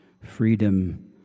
freedom